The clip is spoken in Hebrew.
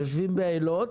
יושבים באילות.